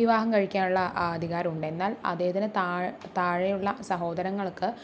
വിവാഹം കഴിക്കാനുള്ള അധികാരവുണ്ട് എന്നാല് അദ്ദേഹത്തിന് താഴ് താഴെയുള്ള സഹോദരങ്ങള്ക്ക്